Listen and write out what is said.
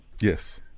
Yes